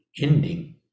ending